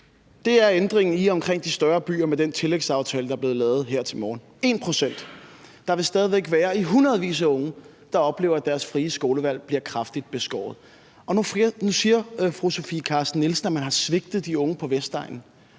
pct. er ændringen i og omkring de større byer med den tillægsaftale, der blev lavet her til morgen – 1 pct., så der vil stadig væk være i hundredvis af unge, der oplever, at deres frie skolevalg bliver kraftigt beskåret. Og nu siger fru Sofie Carsten Nielsen, at man har svigtet de unge på Vestegnen.